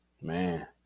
Man